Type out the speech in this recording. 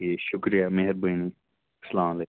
ٹھیٖک شُکریہِ مہربٲنی سلامُ علیکُم